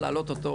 לעלות אותו,